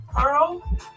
Pearl